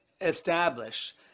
establish